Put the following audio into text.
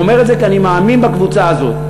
אני אומר את זה כי אני מאמין בקבוצה הזאת.